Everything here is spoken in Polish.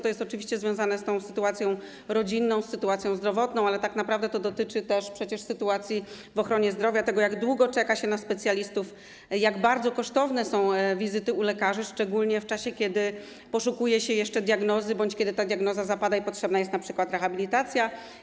To jest oczywiście związane z tą sytuacją rodzinną, z sytuacją zdrowotną, ale tak naprawdę to dotyczy też sytuacji w ochronie zdrowia, tego, jak długo czeka się na specjalistów, jak bardzo kosztowne są wizyty u lekarzy, szczególnie w czasie kiedy poszukuje się jeszcze diagnozy bądź kiedy ta diagnoza zapada i potrzebna jest np. rehabilitacja.